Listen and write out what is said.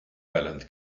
island